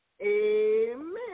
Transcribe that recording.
Amen